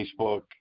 Facebook